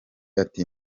ati